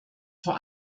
vor